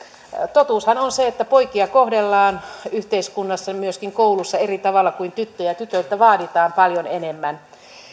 totuushan on se että poikia kohdellaan yhteiskunnassa myöskin koulussa eri tavalla kuin tyttöjä tytöiltä vaaditaan paljon enemmän